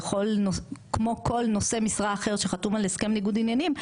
ככל כמו כל נושא משרה אחרת שחתום על הסכם ניגוד עניינים,